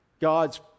God's